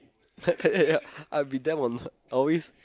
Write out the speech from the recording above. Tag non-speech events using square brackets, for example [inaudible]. [laughs] yeah I'll be damn annoyed